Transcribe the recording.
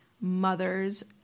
mothers